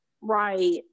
right